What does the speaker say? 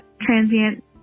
transient